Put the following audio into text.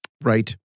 right